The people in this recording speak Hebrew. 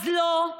תודה רבה.